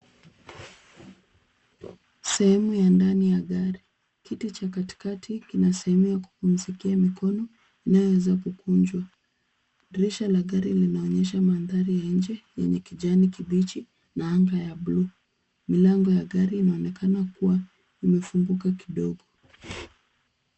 Sehemu ya ndani ya gari kiti cha kati kati kina sehemu ya kupumzikia mikono inayo weza kukunjwa. Dirisha la gari linaonyesha mandhari ya nje yenye kijani kibichi na anga ya bluu, milango ya gari inaonekana kuwa imefunguka kidogo.